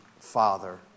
father